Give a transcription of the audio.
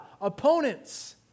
opponents